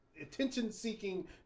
attention-seeking